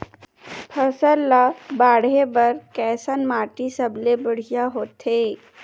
फसल ला बाढ़े बर कैसन माटी सबले बढ़िया होथे?